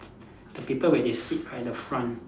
the people where they sit at in the front